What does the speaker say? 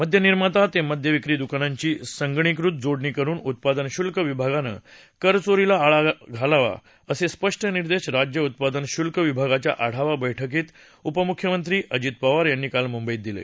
मद्यनिर्माता ते मद्यविक्री दुकानांची संगणकीकृत जोडणी करुन उत्पादन शुल्क विभागानं करचोरीला आळा घालावा असे स्पष्ट निदेश राज्य उत्पादन शुल्क विभागाच्या आढावा बैठकीत उपमुख्यमंत्री अजित पवार यांनी काल मुंबईत दिले